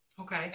okay